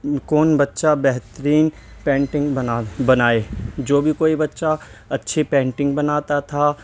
کون بچہ بہترین پینٹنگ بنا بنائے جو بھی کوئی بچہ اچھی پیٹنگ بناتا تھا